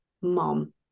mom